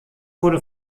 wurde